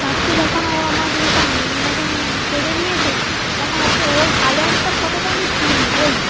পাখি যখন ও আমার যখন মন যখন কেড়ে নিয়েছে তখন ওকে ওর ভালো একটা ফটো তো আমি তুলবই